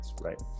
right